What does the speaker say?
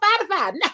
Spotify